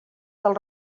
del